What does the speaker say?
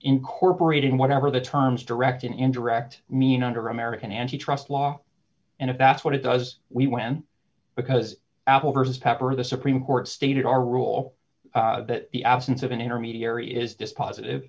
incorporated in whatever the terms direct and indirect mean under american antitrust law and if that's what it does we when because apple versus paper the supreme court stated our rule that the absence of an intermediary is dispositive